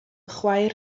chwaer